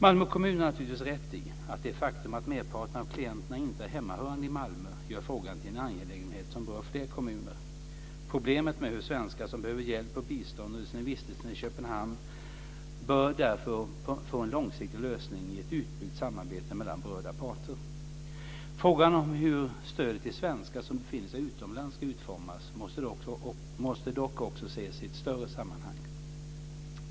Malmö kommun har naturligtvis rätt i att det faktum att merparten av klienterna inte är hemmahörande i Malmö gör frågan till en angelägenhet som berör fler kommuner. Problemet med hur svenskar som behöver hjälp och bistånd under sin vistelse i Köpenhamn bör därför få en långsiktig lösning i ett utbyggt samarbete mellan berörda parter. Frågan om hur stödet till svenskar som befinner sig utomlands ska utformas måste dock också ses i ett större sammanhang.